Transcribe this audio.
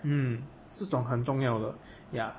嗯这种很重要的 yeah